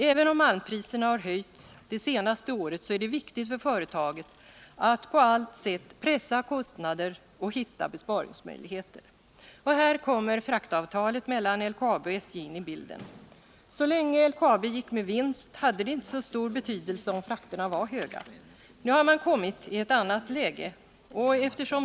Även om malmpriserna har höjts det senaste året är det viktigt för företaget att på allt sätt pressa kostnader och hitta besparingsmöjligheter. Här kommer fraktavtalet mellan LKAB och SJ in i bilden. Så länge LKAB gick med vinst hade det inte så stor betydelse om fraktpriserna var höga. Nu har man kommit i ett annat läge.